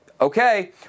Okay